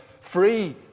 free